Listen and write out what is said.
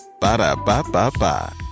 Ba-da-ba-ba-ba